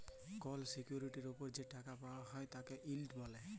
call সিকিউরিটির ওপর যে টাকা পাওয়াক হ্যয় তাকে ইল্ড ব্যলে